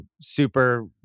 super